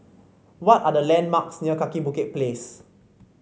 what are the landmarks near Kaki Bukit Place